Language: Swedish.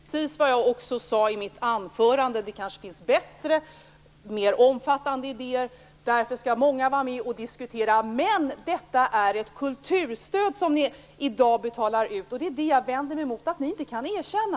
Fru talman! Det är precis vad jag sade i mitt anförande. Det kanske finns bättre och mer omfattande idéer, och därför skall många vara med och diskutera. Men det är ett kulturstöd ni i dag betalar ut, och det är det jag vänder mig mot att ni inte kan erkänna.